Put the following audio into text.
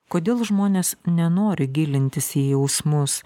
kodėl žmonės nenori gilintis į jausmus